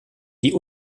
die